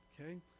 okay